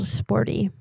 sporty